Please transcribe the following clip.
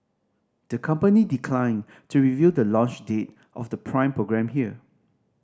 the company declined to reveal the launch date of the Prime programme here